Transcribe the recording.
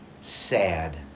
Sad